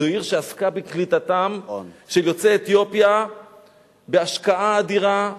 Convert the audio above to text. זו עיר שעסקה בקליטתם של יוצאי אתיופיה בהשקעה אדירה,